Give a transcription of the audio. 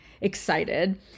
excited